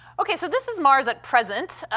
okay, so this is mars at present.